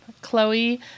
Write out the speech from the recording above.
Chloe